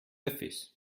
öffis